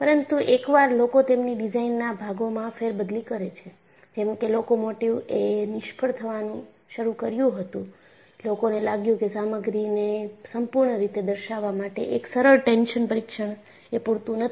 પરંતુ એકવાર લોકો તેમની ડિઝાઇનના ભાગોમાં ફેરબદલી કરે છે જેમ કે લોકોમોટિવ એ નિષ્ફળ થવાનું શરૂ કર્યું હતું લોકોને લાગ્યું કે સામગ્રીને સંપૂર્ણ રીતે દર્શાવવા માટે એક સરળ ટેન્શન પરીક્ષણ એ પૂરતું નથી